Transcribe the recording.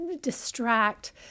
distract